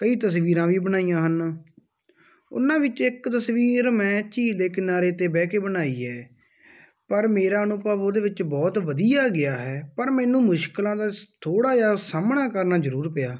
ਕਈ ਤਸਵੀਰਾਂ ਵੀ ਬਣਾਈਆਂ ਹਨ ਉਹਨਾਂ ਵਿੱਚ ਇੱਕ ਤਸਵੀਰ ਮੈਂ ਝੀਲ ਦੇ ਕਿਨਾਰੇ 'ਤੇ ਬਹਿ ਕੇ ਬਣਾਈ ਹੈ ਪਰ ਮੇਰਾ ਅਨੁਭਵ ਉਹਦੇ ਵਿੱਚ ਬਹੁਤ ਵਧੀਆ ਗਿਆ ਹੈ ਪਰ ਮੈਨੂੰ ਮੁਸ਼ਕਲਾਂ ਦਾ ਥੋੜ੍ਹਾ ਜਿਹਾ ਸਾਹਮਣਾ ਕਰਨਾ ਜ਼ਰੂਰ ਪਿਆ